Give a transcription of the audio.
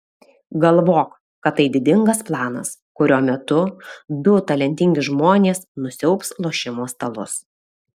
galvok kad tai didingas planas kurio metu du talentingi žmonės nusiaubs lošimo stalus